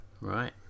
right